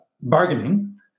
bargaining